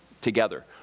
together